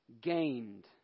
gained